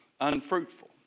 Unfruitful